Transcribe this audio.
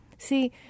See